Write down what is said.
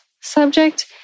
subject